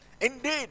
Indeed